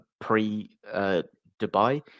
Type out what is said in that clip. pre-Dubai